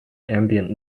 ambient